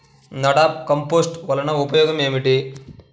NADEP compost వలన ఉపయోగం ఏమిటి?